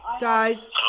Guys